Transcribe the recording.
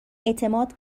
اعتماد